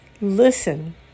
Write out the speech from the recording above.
listen